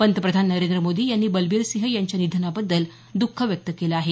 पंतप्रधान नरेंद्र मोदी यांनी बलबीरसिंह यांच्या निधनाबद्दल द्ख व्यक्त केलं आहे